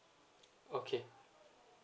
okay